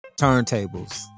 turntables